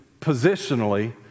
positionally